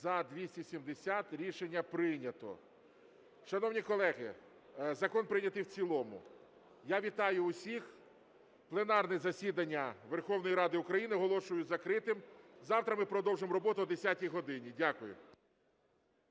За-270 Рішення прийнято. Шановні колеги, закон прийнятий в цілому. Я вітаю усіх! Пленарне засідання Верховної Ради України оголошую закритим. Завтра ми продовжимо роботу о 10 годині. Дякую.